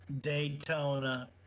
Daytona